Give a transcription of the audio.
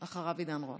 אחריו, עידן רול.